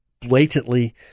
blatantly